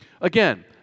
Again